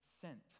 sent